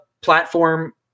platform